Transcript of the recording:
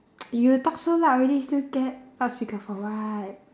you talk so loud already still get loudspeaker for what